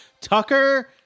Tucker